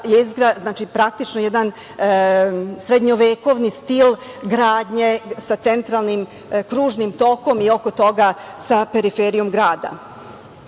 praktično jedan srednjovekovni stil gradnje sa centralnim kružnim tokom i oko toga sa periferijom grada. Vrlo